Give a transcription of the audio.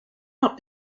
not